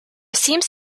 seems